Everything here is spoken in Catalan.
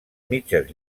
mitges